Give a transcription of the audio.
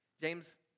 James